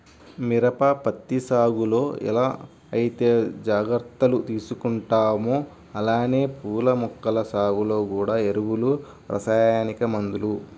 మిరప, పత్తి సాగులో ఎలా ఐతే జాగర్తలు తీసుకుంటామో అలానే పూల మొక్కల సాగులో గూడా ఎరువులు, రసాయనిక మందులు